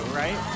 right